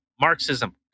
Marxism